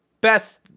best